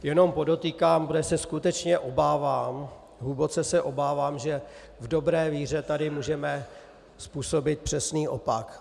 Jenom podotýkám, protože se skutečně obávám, hluboce se obávám, že v dobré víře tady můžeme způsobit přesný opak.